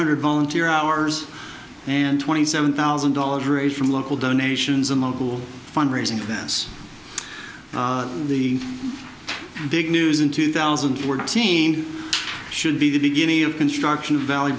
hundred volunteer hours and twenty seven thousand dollars raised from local donations and mobile fundraising events the big news in two thousand and fourteen should be the beginning of construction